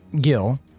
Gil